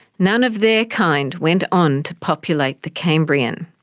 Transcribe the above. none of their kind went on to populate the cambrian.